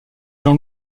jean